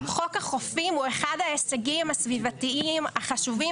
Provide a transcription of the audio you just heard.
חוק החופים הוא אחד ההישגים הסביבתיים החשובים